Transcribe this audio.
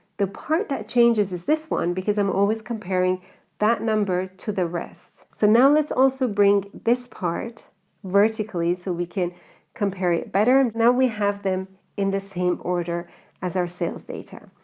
the part that changes is this one because i'm always comparing that number to the rest. so now let's also bring this part vertically, so we can compare it better. and now we have them in the same order as our sales data.